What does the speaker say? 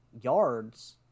yards